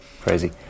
Crazy